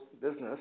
business